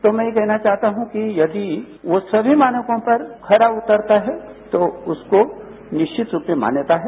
तो मैं ये कहना चाहता हूं कि यदि वो समी मानकों पर खरा उतरता है तो उसको निश्चित रूप में मान्यता है